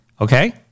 Okay